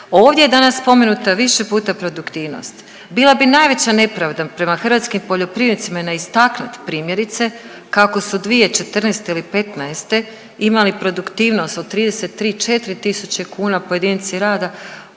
Ovdje je danas spomenuta više puta produktivnost. Bila bi najveća nepravda prema hrvatskim poljoprivrednicima ne istaknut primjerice kako su 2014. ili '15. imali produktivnost od 33 4 tisuće kuna pojedinci rada,